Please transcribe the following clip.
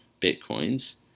Bitcoins